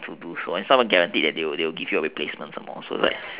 to do so and it's not even guaranteed they will give some replacement also